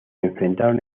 enfrentaron